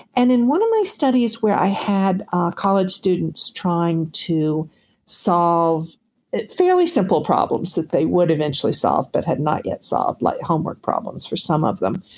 and in one of my studies where i had ah college students trying to solve fairly simple problems that they would eventually solve but had not yet solved like homework problems for some of them,